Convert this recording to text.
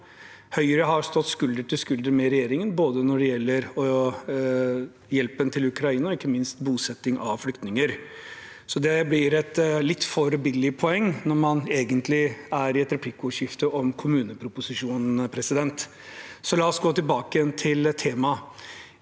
Høyre har stått skulder ved skulder med regjeringen bl.a. når det gjelder hjelpen til Ukraina, ikke minst når det gjelder bosetting av flyktninger, så det blir et litt for billig poeng når man egentlig er i et replikkordskifte om kommuneproposisjonen. La oss gå tilbake til temaet: